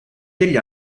degli